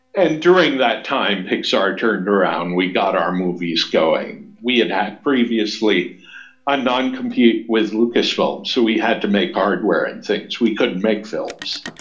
and during that time, pixar turned around. we got our movies going. we have had previously on non-compete with lucas films. so we had to make hardware and things. we could make films.